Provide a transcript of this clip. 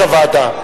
הוועדה?